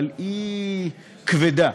אבל היא כבדה.